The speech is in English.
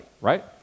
right